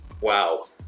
wow